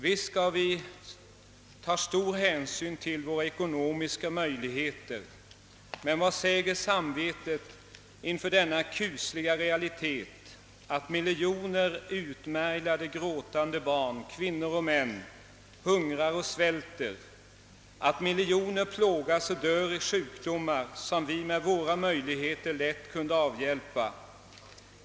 Visst skall vi ta stor hänsyn till våra ekonomiska möjligheter, men vad säger samvetet inför denna kusliga realitet att miljoner utmärglade gråtande barn, kvinnor och män hung rar och svälter, att miljoner plågas och dör i sjukdomar som vi med våra resurser lätt kunde avhjälpa?